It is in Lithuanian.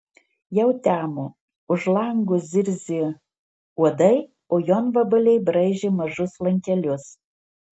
jau temo už lango zirzė uodai o jonvabaliai braižė mažus lankelius